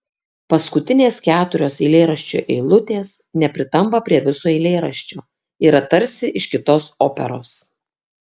paskutinės keturios eilėraščio eilutės nepritampa prie viso eilėraščio yra tarsi iš kitos operos